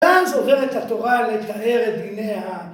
ו‫אז עוברת התורה לתאר את דיני העם.